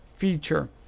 feature